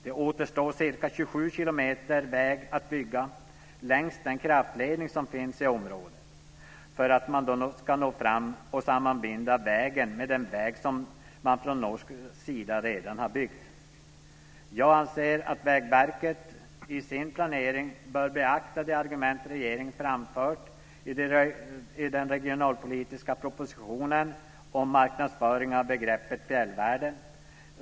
Det återstår ca 27 kilometer väg att bygga längs den kraftledning som finns i området för att man ska nå fram och sammanbinda vägen med den väg som man från norsk sida redan har byggt. Jag anser att Vägverket i sin planering bör beakta de argument som regeringen framfört i den regionalpolitiska propositionen om marknadsföring av begreppet fjällvärlden.